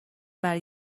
برای